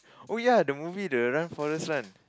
oh ya the movie the run forest run